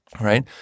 Right